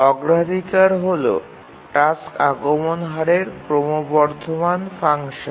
অগ্রাধিকার হল টাস্ক আগমন হারের ক্রমবর্ধমান ফাংশন